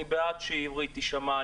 אני בעד שהעברית תישמע.